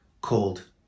called